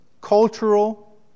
cultural